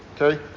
Okay